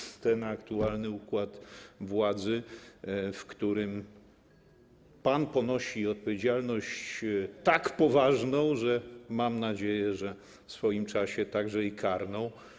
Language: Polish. Chodzi o ten aktualny układ władzy, w którym pan ponosi odpowiedzialność tak poważną, że mam nadzieję, w swoim czasie także i karną.